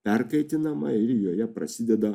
perkaitinama ir joje prasideda